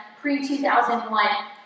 pre-2001